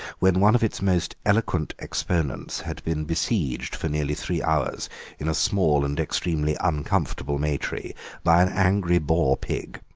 when one of its most eloquent exponents had been besieged for nearly three hours in a small and extremely uncomfortable may-tree by an angry boar-pig,